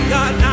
God